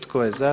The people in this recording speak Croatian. Tko je za?